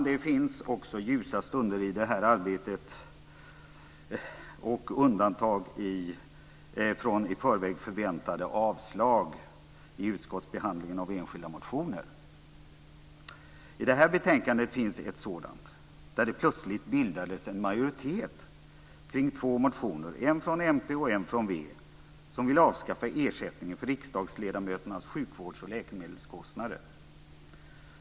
Det finns också ljusa stunder i det här arbetet och undantag från i förväg förväntade avslag i utskottsbehandlingen av enskilda motioner. I det här betänkandet finns ett sådant där det plötsligt bildades en majoritet kring två motioner, en från Miljöpartiet och en från Vänsterpartiet, enligt vilka man vill avskaffa ersättningen för riksdagsledamöternas sjukvårds och läkemedelskostnader.